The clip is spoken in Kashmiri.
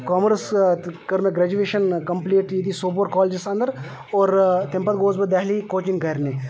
کامٲرٕس کٔر مےٚ گریجویشَن کَمپٕلیٖٹ ییٚتی سوپور کالجَس اَندَر اور تمہِ پَتہٕ گوٚوُس بہٕ دہلی کوچِنٛگ کَرنہِ